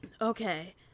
Okay